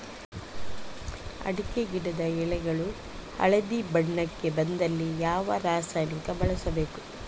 ಅಡಿಕೆ ಗಿಡದ ಎಳೆಗಳು ಹಳದಿ ಬಣ್ಣಕ್ಕೆ ಬಂದಲ್ಲಿ ಯಾವ ರಾಸಾಯನಿಕ ಬಳಸಬೇಕು?